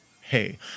Hey